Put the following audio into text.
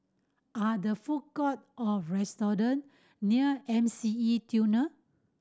are there food court or restaurant near M C E Tunnel